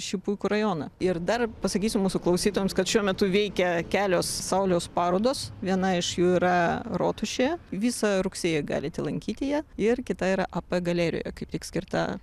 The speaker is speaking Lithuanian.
šį puikų rajoną ir dar pasakysiu mūsų klausytojams kad šiuo metu veikia kelios sauliaus parodos viena iš jų yra rotušėje visą rugsėjį galite lankyti ją ir kita yra ap galerijoje kaip tik skirta